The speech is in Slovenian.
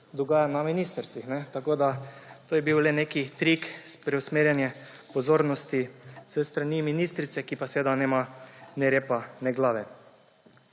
dogaja na ministrstvih. Tako da to je bil le neki trik preusmerjanja pozornosti s strani ministrice, ki pa seveda nima ne repa ne glave.